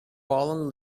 fallen